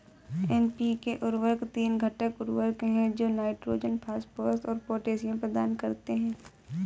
NPK उर्वरक तीन घटक उर्वरक हैं जो नाइट्रोजन, फास्फोरस और पोटेशियम प्रदान करते हैं